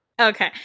Okay